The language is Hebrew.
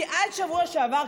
כי עד השבוע שעבר,